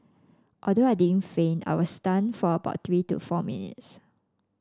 although I didn't faint I was stunned for about three to four minutes